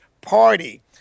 Party